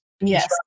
Yes